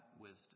wisdom